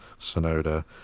Sonoda